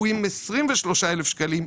הוא עם 23,000 שקלים.